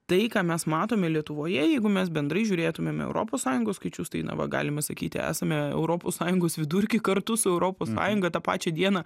tai ką mes matome lietuvoje jeigu mes bendrai žiūrėtumėm į europos sąjungos skaičius tai na va galima sakyti esame europos sąjungos vidurky kartu su europos sąjungą tą pačią dieną